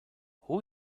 who